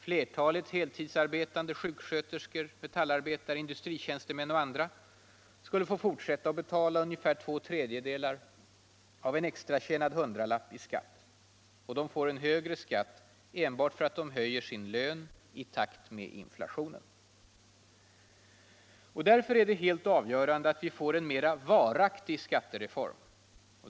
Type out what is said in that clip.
Flertalet heltidsarbetande sjuksköterskor, metallarbetare, industritjänstemän och andra skulle få fortsätta betala ungefär två tredjedelar av en extratjänad hundralapp i skatt. Och de får en högre skatt enbart för att de höjer sin lön i takt med inflationen. Därför är det helt avgörande att vi får en mer varaktig skattereform.